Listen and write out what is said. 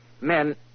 Men